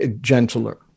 gentler